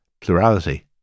plurality